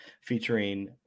featuring